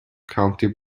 county